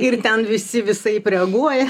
ir ten visi visaip reaguoja